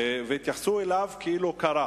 והתייחסו אליו כאילו קרה.